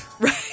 Right